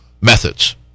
methods